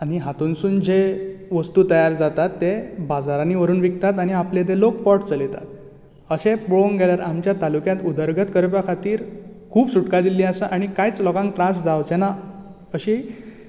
आनी हातुंसून जे वस्तू तयार जातात ते बाजारांनी व्हरून विकतात आनी आपले ते लोक पोट चलयतात अशें पळोंवक गेल्यार आमच्या तालूक्यांत उदरगत करपा खातीर खूब सुटका दिल्ली आसा आनी कांयच लोकांक त्रास जावचे ना अशी